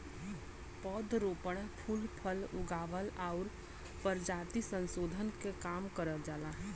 पौध रोपण, फूल फल उगावल आउर परजाति संसोधन के काम करल जाला